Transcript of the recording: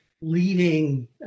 leading